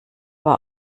war